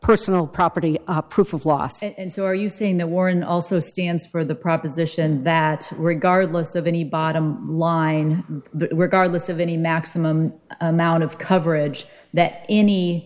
personal property proof of lost and so are you saying the warren also stands for the proposition that regardless of any bottom line regardless of any maximum amount of coverage that any